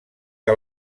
que